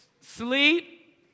Sleep